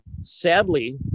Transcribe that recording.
sadly